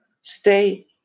stay